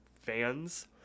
fans